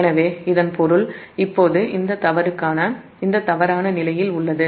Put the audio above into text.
எனவே இதன் பொருள் மற்ற விஷயங்களைக் கண்டுபிடிக்க முயற்சிக்கும் இப்போது இந்த தவறான நிலையில் உள்ளது